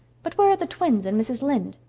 but where are the twins and mrs. lynde?